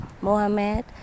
Mohammed